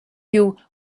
you